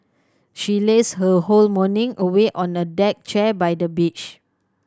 she lazed her whole morning away on a deck chair by the beach